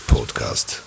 Podcast